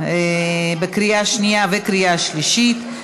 בקריאה שנייה וקריאה שלישית.